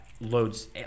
loads